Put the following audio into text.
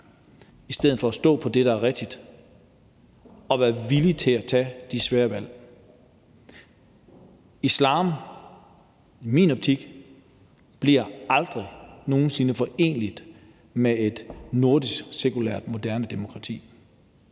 i stedet for at stå fast på det, der er rigtigt, og være villig til at tage de svære valg. Islam bliver i min optik aldrig nogen sinde foreneligt med et nordisk, sekulært, moderne demokrati.